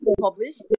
published